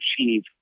achieve